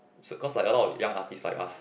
because a lot of young artists like us